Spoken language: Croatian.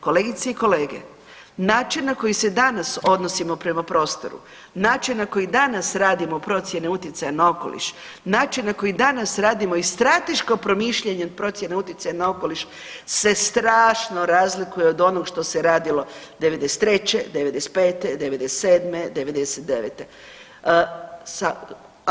Kolegice i kolege, način na koji se danas odnosimo prema prostoru, način na koji danas radimo procjene utjecaja na okoliš, način na koji danas radimo i strateško promišljanje procjene utjecaja na okoliš se strašno razlikuje od onog što se radilo '93., '95., '97., '99.